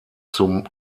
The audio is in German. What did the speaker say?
zum